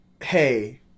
hey